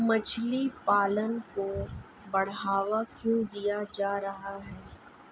मछली पालन को बढ़ावा क्यों दिया जा रहा है?